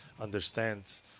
understands